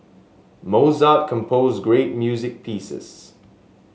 Mozart composed great music pieces